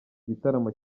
gitaramo